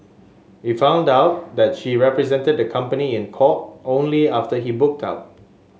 he found out that she represented the company in court only after he book out